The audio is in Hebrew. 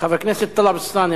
חבר הכנסת טלב אלסאנע,